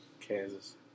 Kansas